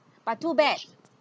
but too bad